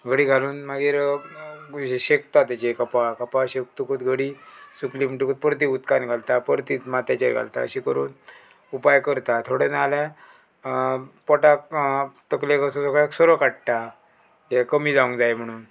घडी घालून मागीर शेकता तेजे कपा कपा शेकतकूत घडी सुकली म्हणटकूत परती उदकान घालता परतींत माथ्याचेर घालता अशें करून उपाय करता थोडे ना जाल्यार पोटाक तकलेक असो सगळ्याक सोरो काडटा हे कमी जावंक जाय म्हणून